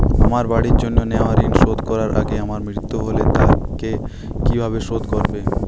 আমার বাড়ির জন্য নেওয়া ঋণ শোধ করার আগে আমার মৃত্যু হলে তা কে কিভাবে শোধ করবে?